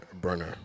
Burner